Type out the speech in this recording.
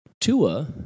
Tua